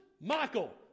Michael